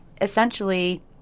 Essentially